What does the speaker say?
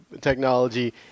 technology